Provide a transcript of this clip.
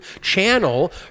channel